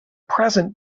present